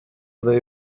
they